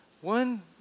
One